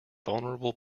vulnerable